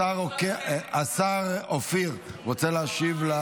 השר אופיר רוצה להשיב?